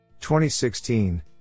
2016